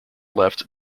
left